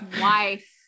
wife